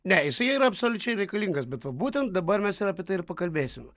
ne jisai yra absoliučiai reikalingas bet va būtent dabar mes ir apie tai ir pakalbėsim